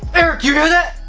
eric, you hear that?